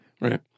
Right